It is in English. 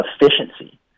efficiency